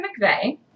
McVeigh